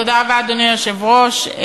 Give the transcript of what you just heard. אדוני היושב-ראש,